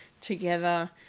together